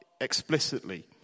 explicitly